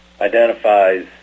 identifies